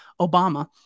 Obama